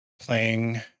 playing